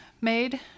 made